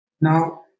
Now